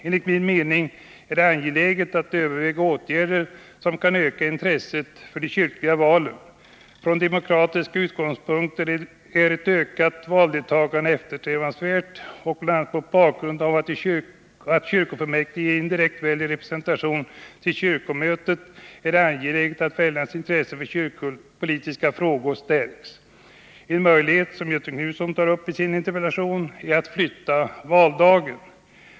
Enligt min mening är det angeläget att överväga åtgärder som kan öka intresset för de kyrkliga valen. Från demokratiska utgångspunkter är ett ökat valdeltagande eftersträvansvärt, och bl.a. mot bakgrund av att kyrkofullmäktige indirekt väljer representanter till kyrkomötet är det angeläget att väljarnas intresse för kyrkopolitiska frågor stärks. En möjlighet — som Göthe Knutson tar upp i sin interpellation — är att flytta valdagen.